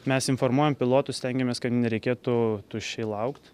mes informuojam pilotus stengiamės kad nereikėtų tuščiai laukt